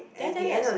did I tell you I saw